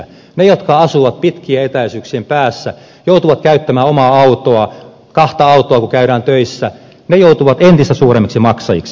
ne jotka asuvat pitkien etäisyyksien päässä ja joutuvat käyttämään omaa autoa kahta autoa kun käydään töissä joutuvat entistä suuremmiksi maksajiksi